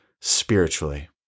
spiritually